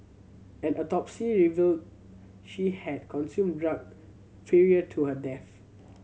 an autopsy revealed she had consumed drug prior to her death